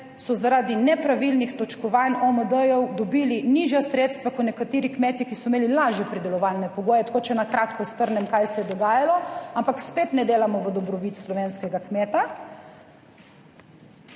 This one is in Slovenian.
so zaradi nepravilnih točkovanj OMD dobili nižja sredstva kot nekateri kmetje, ki so imeli lažje pridelovalne pogoje, tako če na kratko strnem kaj se je dogajalo, ampak spet ne delamo v dobrobit slovenskega kmeta.